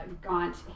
gaunt